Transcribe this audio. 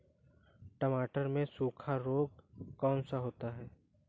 टमाटर में सूखा रोग कौन सा होता है?